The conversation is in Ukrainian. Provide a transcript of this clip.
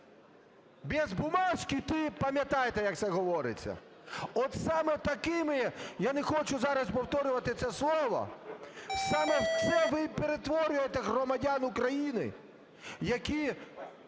без бумажки ты… – пам'ятаєте, як це говориться. От саме такими, я не хочу зараз повторювати це слово, саме в це ви і перетворюєте громадян України, які